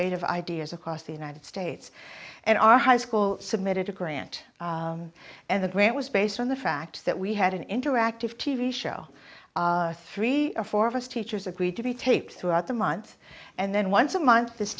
innovative ideas across the united states and our high school submitted a grant and the grant was based on the fact that we had an interactive t v show three or four of us teachers agreed to be taped throughout the month and then once a month this